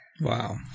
Wow